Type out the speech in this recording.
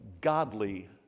godly